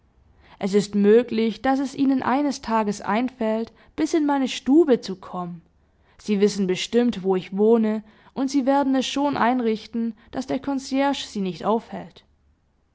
es ist möglich daß es ihnen eines tages einfällt bis in meine stube zu kommen sie wissen bestimmt wo ich wohne und sie werden es schon einrichten daß der concierge sie nicht aufhält